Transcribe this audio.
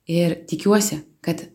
ir tikiuosi kad